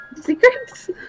Secrets